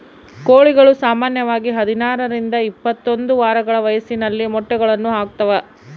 ಕೋಳಿಗಳು ಸಾಮಾನ್ಯವಾಗಿ ಹದಿನಾರರಿಂದ ಇಪ್ಪತ್ತೊಂದು ವಾರಗಳ ವಯಸ್ಸಿನಲ್ಲಿ ಮೊಟ್ಟೆಗಳನ್ನು ಹಾಕ್ತಾವ